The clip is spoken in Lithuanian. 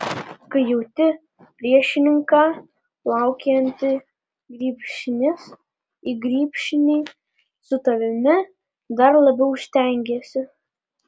kai jauti priešininką plaukiantį grybšnis į grybšnį su tavimi dar labiau stengiesi